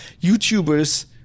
YouTubers